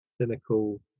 cynical